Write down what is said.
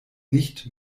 nicht